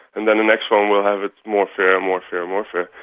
and then the next phone will have it more fair, more fair, more fair.